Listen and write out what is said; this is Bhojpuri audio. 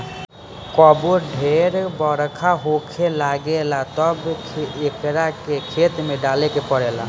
कबो ढेर बरखा होखे लागेला तब एकरा के खेत में डाले के पड़ेला